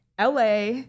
LA